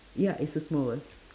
ya it's a small world